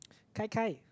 gai-gai